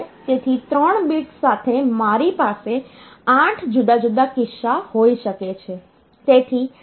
તેથી ત્રણ બિટ્સ સાથે મારી પાસે 8 જુદા જુદા કિસ્સા હોઈ શકે છે